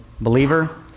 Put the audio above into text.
Believer